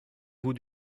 vous